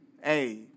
hey